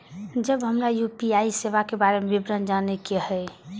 जब हमरा यू.पी.आई सेवा के बारे में विवरण जाने के हाय?